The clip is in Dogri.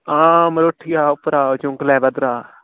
हां मतलब उत्थी ऐ उप्परै दा चुमपले भद्रे दा